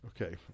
Okay